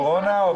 הפנים?